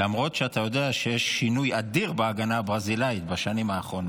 למרות שאתה יודע שיש שינוי אדיר בהגנה הברזילאית בשנים האחרונות.